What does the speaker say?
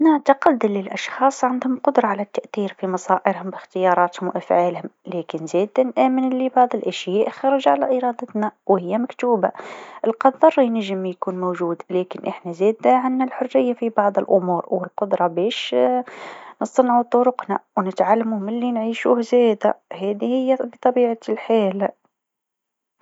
الأشخاص يمكنهم التأثير على مصائرهم بقدرة كبيرة. الاختيارات والقرارات اليومية تلعب دور كبير في تحديد المسار. لكن زادة، القدر يلعب دور، خاصة في الأمور اللي خارجة عن السيطرة. التوازن بين الجهد الشخصي والظروف المحيطة هو المهم.